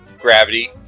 gravity